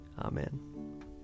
Amen